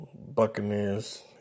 Buccaneers